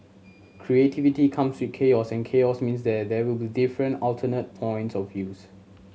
creativity come with chaos and chaos means there they will be different alternate points of views